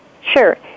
Sure